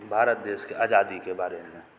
भारत देशके आजादीके बारेमे